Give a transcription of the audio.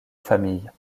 famille